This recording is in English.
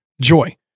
joy